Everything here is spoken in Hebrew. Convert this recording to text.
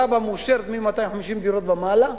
תב"ע מאושרת מ-250 דירות ומעלה,